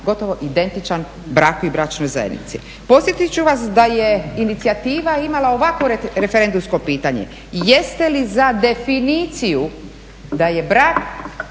gotovo identičan braku i bračnoj zajednici. Podsjetit ću vas da je inicijativa imala ovakvo referendumsko pitanje "Jeste li za definiciju da je brak